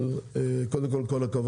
אז קודם כול כל הכבוד.